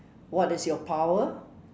what is your power